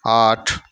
आठ